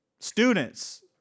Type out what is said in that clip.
Students